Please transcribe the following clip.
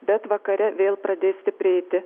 bet vakare vėl pradės stiprėti